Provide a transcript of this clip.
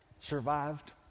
survived